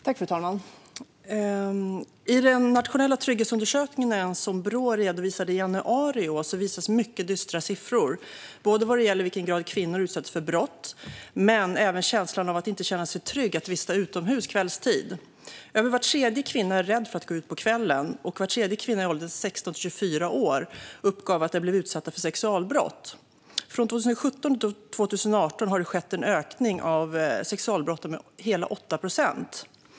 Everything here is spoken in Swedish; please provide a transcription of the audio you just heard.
Fru talman! I den nationella trygghetsundersökning som Brå redovisade i januari i år visades mycket dystra siffror, både vad gäller i vilken grad kvinnor utsätts för brott och vad gäller känslan av att inte känna sig trygg vid utomhusvistelse kvällstid. Över var tredje kvinna är rädd för att gå ut på kvällen, och var tredje kvinna i åldern 16-24 år uppgav att de blivit utsatta för sexualbrott. Från 2017 till 2018 skedde det en ökning av sexualbrotten med hela 8 procent.